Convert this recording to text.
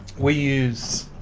we use,